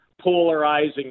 polarizing